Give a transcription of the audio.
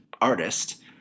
artist